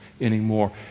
anymore